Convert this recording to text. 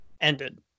ended